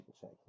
check